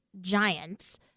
giant